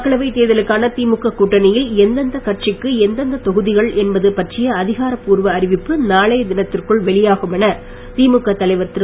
மக்களவைத் தேர்தலுக்கான திமுக கூட்டணியில் எந்தெந்த கட்சிக்கு எந்தெந்த தொகுதிகள் என்பது பற்றிய அதிகார பூர்வ அறிவப்பு நாளைய தினத்திற்குள் வெளியாகும் என திழுக தலவர் திரு